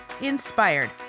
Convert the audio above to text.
Inspired